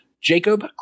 Jacob